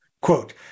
Quote